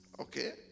Okay